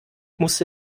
musste